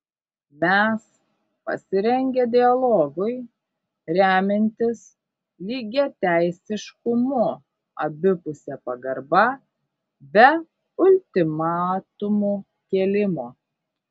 mes pasirengę dialogui remiantis lygiateisiškumu abipuse pagarba be ultimatumų kėlimo